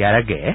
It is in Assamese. ইয়াৰে আগেয়ে